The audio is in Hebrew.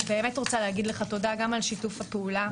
אני באמת רוצה להגיד לך תודה גם על שיתוף הפעולה